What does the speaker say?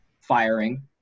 firing